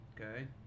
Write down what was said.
okay